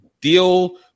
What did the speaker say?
deal